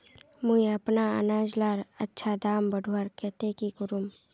मुई अपना अनाज लार अच्छा दाम बढ़वार केते की करूम?